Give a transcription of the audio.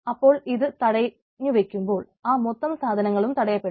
അപ്പോൾ ഇത് തടഞ്ഞുവയ്ക്കുമ്പോൾ ആ മൊത്തം സാധനങ്ങളും തടയപ്പെടും